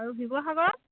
আৰু শিৱসাগৰত